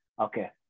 okay